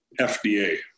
FDA